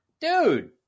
dude